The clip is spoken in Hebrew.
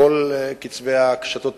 מכל קצות הקשת הפוליטית,